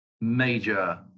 major